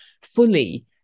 fully